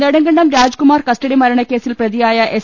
Nedumkandam Rajkumar custody മരണക്കേസിൽ പ്രതിയായ S